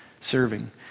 serving